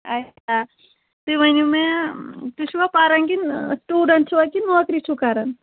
اچھا تُہۍ ؤنِو مےٚ تُہۍ چھِوٕ پَرَان کِنہٕ سِٹوٗڈنٛٹ چھِو کِنہٕ نوکری چھِو کَرَان